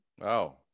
Wow